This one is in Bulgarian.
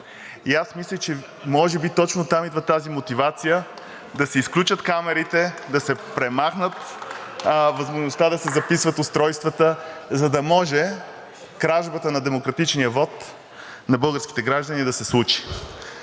Аз мисля, че може би точно оттам идва тази мотивация да се изключат камерите, да се премахне възможността да записват устройствата, за да може кражбата на демократичния вот на българските граждани да се случи.